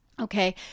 Okay